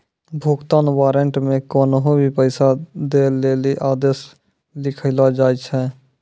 भुगतान वारन्ट मे कोन्हो भी पैसा दै लेली आदेश लिखलो जाय छै